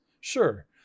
sure